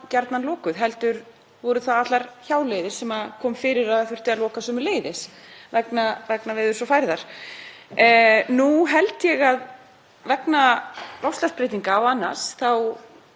vegna loftslagsbreytinga og annars þá getum við gert ráð fyrir að þetta sé ekki að fara að breytast og því er augljóslega tímabært að hugsa um framtíðarlausnir til að halda þessari mikilvægu umferðarleið opinni.